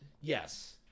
yes